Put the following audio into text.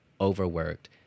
overworked